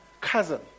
cousin